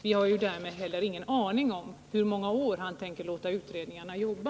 Vi har därmed heller ingen aning om hur många år han tänker låta utredningarna jobba.